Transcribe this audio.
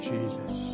Jesus